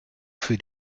für